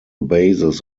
basis